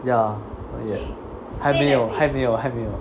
ya not yet 还没有还没有还没有